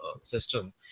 system